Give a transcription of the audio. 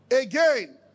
Again